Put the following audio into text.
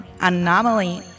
Anomaly